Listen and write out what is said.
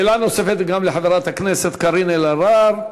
שאלה נוספת גם לחברת הכנסת קארין אלהרר.